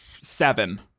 seven